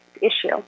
issue